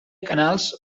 canals